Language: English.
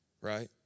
right